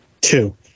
two